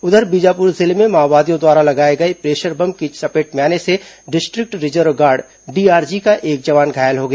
उधर बीजापुर जिले में माओवादियों द्वारा लगाए गए प्रेशर बम की चपेट में आने से डिस्ट्रिक्ट रिजर्व गार्ड डीआरजी का एक जवान घायल हो गया